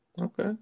Okay